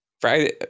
Friday